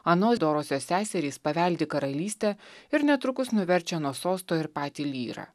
anos dorosios seserys paveldi karalystę ir netrukus nuverčia nuo sosto ir patį lyrą